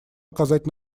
оказать